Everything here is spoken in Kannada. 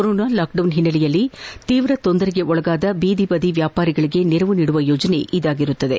ಕೊರೋನಾ ಲಾಕ್ಡೌನ್ ಹಿನ್ನೆಲೆಯಲ್ಲಿ ತೀವ್ರ ತೊಂದರೆಗೊಳಗಾದ ಬೀದಿಬದಿ ವ್ಯಾಪಾರಿಗಳಿಗೆ ನೆರವು ನೀಡುವ ಯೋಜನೆ ಇದಾಗಿದೆ